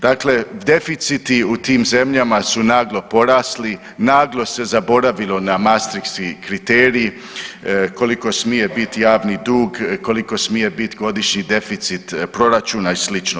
Dakle, deficiti u tim zemljama su naglo porasli, naglo se zaboravilo na Mastriški kriterij koliko smije biti javni dug, koliko smije biti godišnji deficit proračuna i slično.